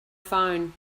phone